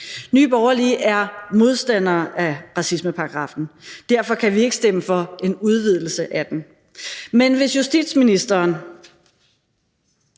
Nye Borgerlige er modstandere af racismeparagraffen, og derfor kan vi ikke stemme for en udvidelse af den, men hvis justitsministeren,